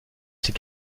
c’est